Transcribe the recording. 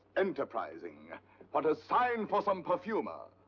enterprising what a sign for some perfumer!